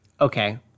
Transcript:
Okay